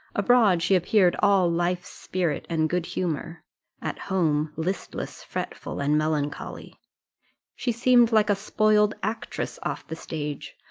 abroad she appeared all life, spirit, and good humour at home, listless, fretful, and melancholy she seemed like a spoiled actress off the stage,